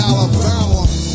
Alabama